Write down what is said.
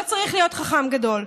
לא צריך להיות חכם גדול.